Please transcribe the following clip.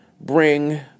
bring